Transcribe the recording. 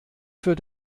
für